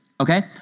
okay